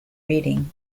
reading